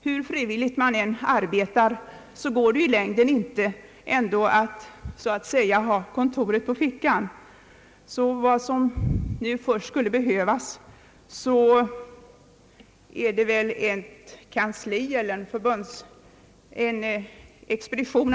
Hur frivilligt man än arbetar går det inte i längden att så att säga ha kontoret på fickan. Vad som nu först skulle behövas är ett kansli eller en expedition.